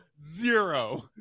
zero